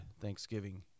Thanksgiving